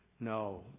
No